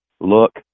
look